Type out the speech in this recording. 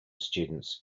students